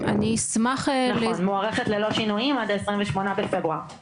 נכון, מוארכת ללא שינויים עד ה-28 בפברואר.